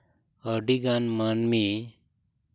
ᱟᱹᱰᱤ ᱜᱟᱱ ᱢᱟᱹᱱᱢᱤ